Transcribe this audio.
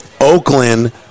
Oakland